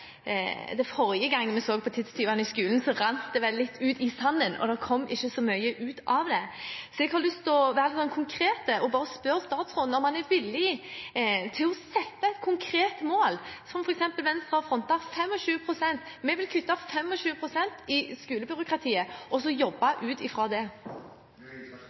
at forrige gang vi så på tidstyvene i skolen, rant det litt ut i sanden, og det kom ikke så mye ut av det. Jeg har lyst til å være konkret og bare spørre statsråden om han er villig til å sette et konkret mål, som f.eks. Venstre har gjort, som har frontet 25 pst. – vi vil kutte 25 pst. i skolebyråkratiet og jobbe ut fra det.